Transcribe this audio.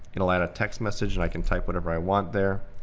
it'll add a text message, and i can type whatever i want there.